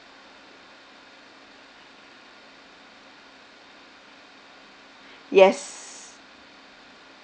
yes